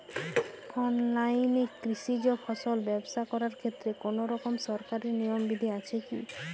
অনলাইনে কৃষিজ ফসল ব্যবসা করার ক্ষেত্রে কোনরকম সরকারি নিয়ম বিধি আছে কি?